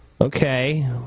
Okay